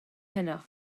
heno